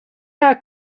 not